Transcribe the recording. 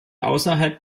außerhalb